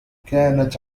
كانت